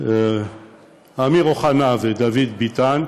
אמיר אוחנה ודוד ביטן,